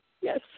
yes